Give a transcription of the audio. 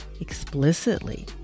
explicitly